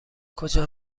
کجا